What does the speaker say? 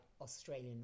Australian